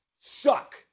suck